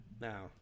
Now